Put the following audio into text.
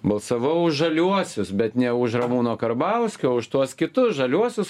balsavau už žaliuosius bet ne už ramūno karbauskio o už tuos kitus žaliuosius